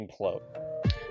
implode